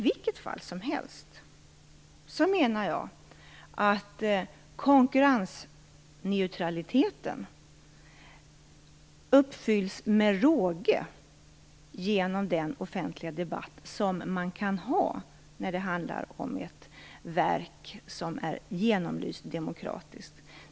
Jag menar att konkurrensneutraliteten i vilket fall som helst uppfylls med råge genom den offentliga debatt som man kan ha när det handlar om ett verk som är demokratiskt genomlyst.